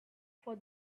for